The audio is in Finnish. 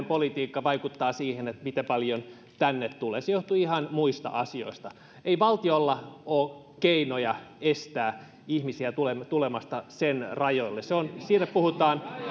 politiikka vaikuttaa siihen miten paljon tänne tulee se johtuu ihan muista asioista ei valtiolla ole keinoja estää ihmisiä tulemasta sen rajoille siinä puhutaan